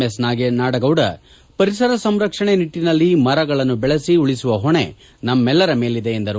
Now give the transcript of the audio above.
S Nadagouda ಪರಿಸರ ಸಂರಕ್ಷಣೆ ನಿಟ್ಟನಲ್ಲಿ ಮರಗಳನ್ನು ಬೆಳೆಸಿ ಉಳಿಸುವ ಹೊಣೆ ನಮ್ಮೆಲ್ಲರ ಮೇಲಿದೆ ಎಂದರು